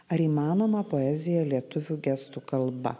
ar įmanoma poezija lietuvių gestų kalba